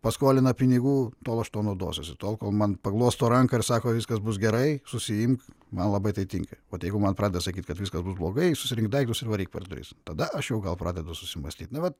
paskolina pinigų tol aš to naudosiuosi tol kol man paglosto ranką ir sako viskas bus gerai susiimk man labai tai tinka vat jeigu man pradeda sakyti kad viskas bus blogai susirink daiktus ir varyk per duris tada aš jau gal pradedu susimąstyti na vat